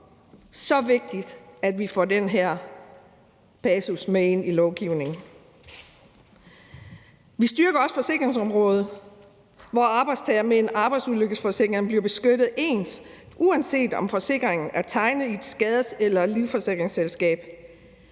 så vigtigt, at vi får den her passus med ind i lovgivningen. Vi styrker også forsikringsområdet, hvor arbejdstagere med en arbejdsulykkesforsikring bliver beskyttet ens, uanset om forsikringen er tegnet i et skadesforsikringsselskab